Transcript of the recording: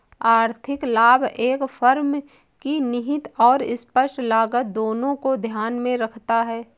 आर्थिक लाभ एक फर्म की निहित और स्पष्ट लागत दोनों को ध्यान में रखता है